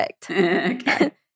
perfect